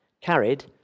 carried